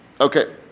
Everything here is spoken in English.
Okay